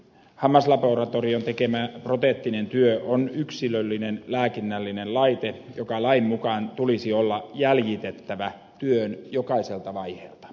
hammaslaboratorion tekemä proteettinen työ on yksilöllinen lääkinnällinen laite jonka lain mukaan tulisi olla jäljitettävä työn jokaiselta vaiheelta